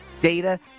data